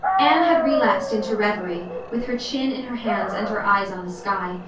anne had relapsed into reverie, with her chin in her hands and her eyes on the sky,